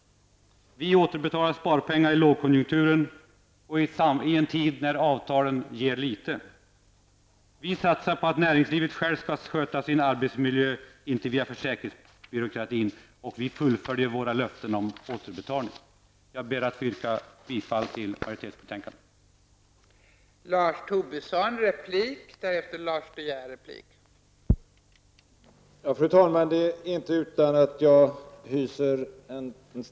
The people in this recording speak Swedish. Vi återbetalar sparpengarna i lågkonjunkturen och i en tid när avtalen ger litet. Vi satsar på att näringslivet självt skall sköta sin arbetsmiljö, inte att det skall göras via försäkringsbyråkratin, och vi fullföljer våra löften om återbetalning. Jag ber att få yrka bifall till utskottsmajoritetens hemställan.